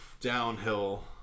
downhill